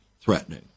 threatening